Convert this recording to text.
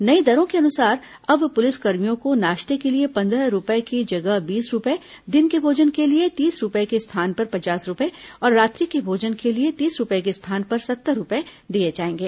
नई दरों के अनुसार अब पुलिसकर्मियों को नाश्ते के लिए पंद्रह रूपये की जगह बीस रूपये दिन के भोजन के लिए तीस रूपये के स्थान पर पचास रूपये और रात्रि के भोजन के लिए तीस रूपये के स्थान पर सत्तर रूपये दिए जाएंगे